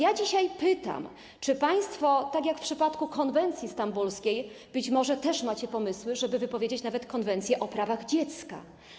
Zatem dzisiaj pytam: Czy państwo, tak jak w przypadku konwencji stambulskiej, być może też macie pomysły, żeby wypowiedzieć Konwencję o prawach dziecka?